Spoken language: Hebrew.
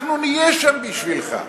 אנחנו נהיה שם בשבילך.